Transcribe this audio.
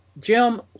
jim